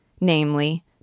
namely